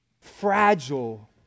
fragile